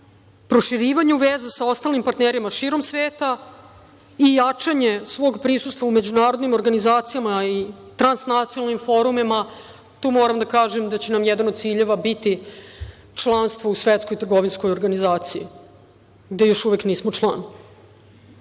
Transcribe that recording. proširivanju veza sa ostalim partnerima širom sveta i jačanje svog prisustva u međunarodnim organizacijama i transnacionalnim forumima. Tu moram da kažem da će nam jedan od ciljeva biti članstvo u Svetskoj trgovinskoj organizaciji, gde još uvek nismo član. Kada